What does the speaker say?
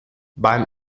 beim